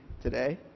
today